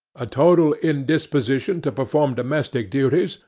a total indisposition to perform domestic duties,